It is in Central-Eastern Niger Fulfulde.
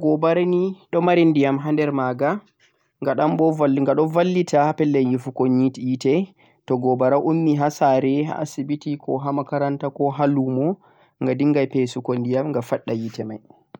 mota gobara ni do mari ndiyam ha der magha gha do vallita ha pellel nyifugo yite toh gobara ummi ha saare ha asibiti ko ha makaranta ko ha lumo gha dingan pesugo ndiyam gha fadda yite mai